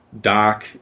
Doc